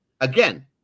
again